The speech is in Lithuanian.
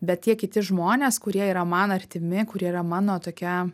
bet tie kiti žmonės kurie yra man artimi kurie yra mano tokia